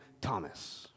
Thomas